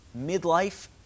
midlife